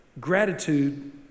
Gratitude